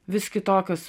vis kitokios